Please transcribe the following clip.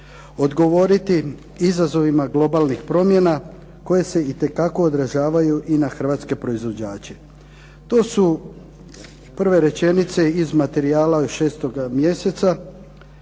odgovoriti izazovima globalnih promjena koje se itekako odražavaju i na Hrvatske proizvođače. To su prve rečenice iz materijala od 6. mjeseca